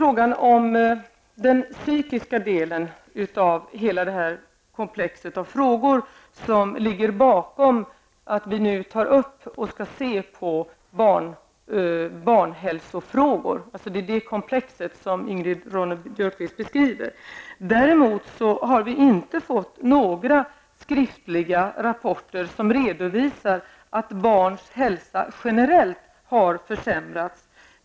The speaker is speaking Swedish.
Den psykiska delen i hela det här komplexet av frågor ligger bakom att vi nu tar upp barnhälsofrågor. Det är detta komplex som Ingrid Ronne-Björkqvist beskriver. Däremot har vi inte fått några skriftliga rapporter som redovisar att barns hälsa generellt har försämrats.